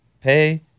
Pay